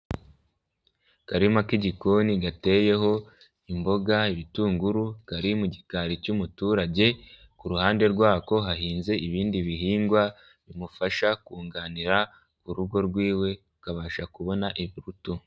Akarima k'igikoni gateyeho imboga ibitunguru, kari mu gikari cy'umuturage ku ruhande rwako hahinze ibindi bihingwa, bimufasha kunganira urugo rw'iwe akabasha kubona ibirutunga.